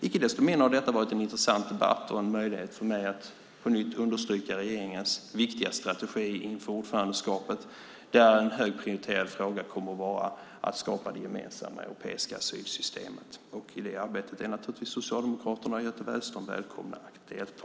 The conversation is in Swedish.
Icke desto mindre har detta varit en intressant debatt och en möjlighet för mig att på nytt understryka regeringens viktiga strategi inför ordförandeskapet där en högt prioriterad fråga kommer att vara att skapa det gemensamma europeiska asylsystemet. I det är arbetet är naturligtvis Socialdemokraterna och Göte Wahlström välkomna att delta.